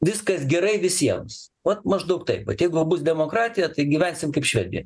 viskas gerai visiems vat maždaug taip vat jeigu bus demokratija tai gyvensim kaip švedija